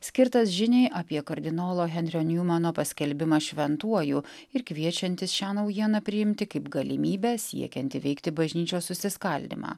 skirtas žiniai apie kardinolo henrio njumano paskelbimą šventuoju ir kviečiantis šią naujieną priimti kaip galimybę siekiant įveikti bažnyčios susiskaldymą